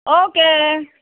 okay